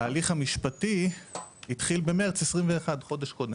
וההליך המשפטי התחיל במרץ 2021, חודש קודם.